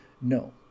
no